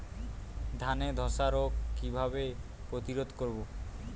ধানে ধ্বসা রোগ কিভাবে প্রতিরোধ করব?